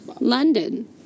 London